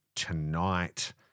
tonight